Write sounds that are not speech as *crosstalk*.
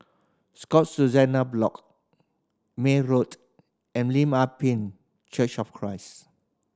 Scotts *unintelligible* Block May Road and Lim Ah Pin Church of Christ